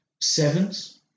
sevens